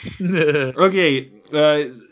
Okay